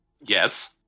Yes